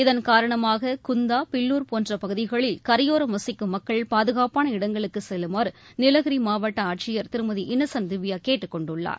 இதன்காரணமாக குந்தா பில்லூர் போன்ற பகுதிகளில் கரையோரம் வசிக்கும் மக்கள் பாதுகாப்பான இடங்களுக்கு செல்லுமாறு நீலகிரி மாவட்ட ஆட்சியர் திருமதி இன்னோசன்ட் திவ்யா கேட்டுக் கொண்டுள்ளார்